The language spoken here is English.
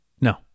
No